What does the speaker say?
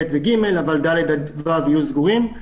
ב' ו-ג', אבל ד'-ו' יהיו סגורים.